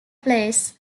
plays